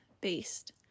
based